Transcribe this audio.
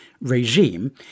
regime